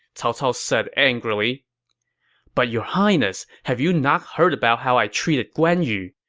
cao cao said angrily but your highness, have you not heard about how i treated guan yu?